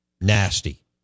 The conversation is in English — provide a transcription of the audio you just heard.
nasty